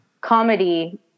Comedy